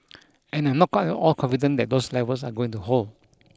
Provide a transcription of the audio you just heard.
and I'm not at all confident that those levels are going to hold